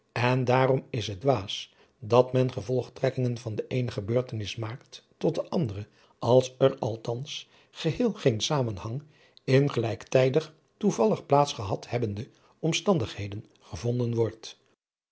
en daarom is het dwaas dat men gevolgtrekkingen van de eene gebeurtenis maakt tot de andere als er althans geheel geen zamenhang in gelijktijdig toevallig plaats gehad hebbende omstandigheden gevonden wordt